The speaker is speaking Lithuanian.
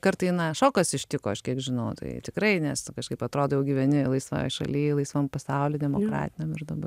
kartai na šokas ištiko aš kiek žinau tai tikrai nes tu kažkaip atrodo jau gyveni laisvoj šaly laisvam pasauly demokratiniam ir dabar